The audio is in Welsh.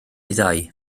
ddau